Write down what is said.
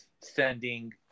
sending